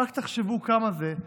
רק תחשבו כמה זה,